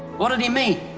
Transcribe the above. what did he mean?